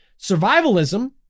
Survivalism